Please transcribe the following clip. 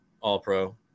All-Pro